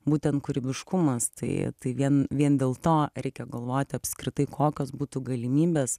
būtent kūrybiškumas tai tai vien vien dėl to reikia galvoti apskritai kokios būtų galimybės